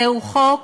זהו חוק